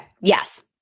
Yes